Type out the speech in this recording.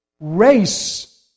race